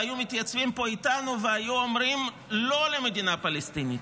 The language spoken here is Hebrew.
והיו מתייצבים פה איתנו והיו אומרים לא למדינה פלסטינית.